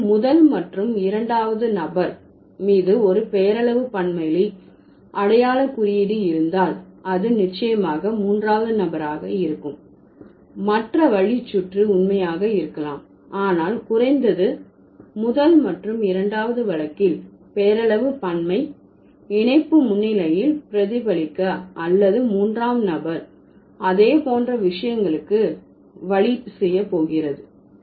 எனவே முதல் மற்றும் இரண்டாவது நபர் மீது ஒரு பெயரளவு பன்மையில் அடையாளகுறியீடு இருந்தால் அது நிச்சயமாக மூன்றாவது நபர் ஆக இருக்கும் மற்ற வழிச்சுற்று உண்மையாக இருக்கலாம் ஆனால் குறைந்தது முதல் மற்றும் இரண்டாவது வழக்கில் பெயரளவு பன்மை இணைப்பு முன்னிலையில் பிரதிபலிக்க அல்லது மூன்றாம் நபர் அதே போன்ற விஷயங்களுக்கு வழி செய்ய போகிறது